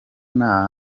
nta